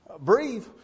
breathe